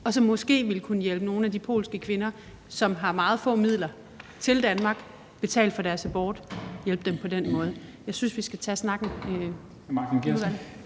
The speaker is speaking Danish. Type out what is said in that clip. og som måske ville kunne hjælpe nogle af de polske kvinder, som har meget få midler, til Danmark og betale for deres abort og hjælpe dem på den måde. Jeg synes, vi skal tage snakken